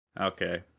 Okay